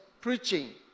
preaching